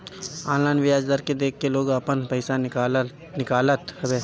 online बियाज दर के देख के लोग आपन पईसा निकालत हवे